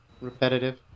repetitive